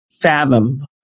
fathom